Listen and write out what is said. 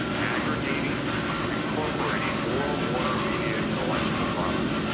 aggregating and incorporating more warnermedia intellectual property.